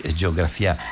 geografia